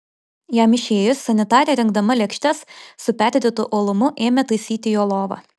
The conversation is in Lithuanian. jam išėjus sanitarė rinkdama lėkštes su perdėtu uolumu ėmė taisyti jo lovą